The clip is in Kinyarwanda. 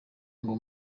ngo